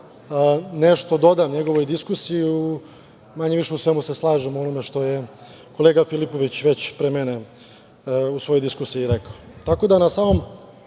nešto dodam u njegovoj diskusiji, manje-više u svemu se slažem o onome što je kolega Filipović već pre mene u svojoj diskusiji rekao. Tako da na samom